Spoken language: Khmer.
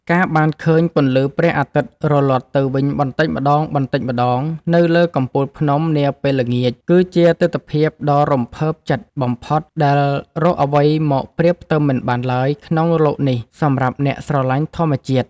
ការបានឃើញពន្លឺព្រះអាទិត្យរលត់ទៅវិញបន្តិចម្ដងៗនៅលើកំពូលភ្នំនាពេលល្ងាចគឺជាទិដ្ឋភាពដ៏រំភើបចិត្តបំផុតដែលរកអ្វីមកប្រៀបផ្ទឹមមិនបានឡើយក្នុងលោកនេះសម្រាប់អ្នកស្រឡាញ់ធម្មជាតិ។